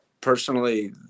Personally